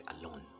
alone